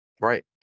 Right